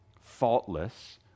faultless